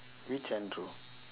which andrew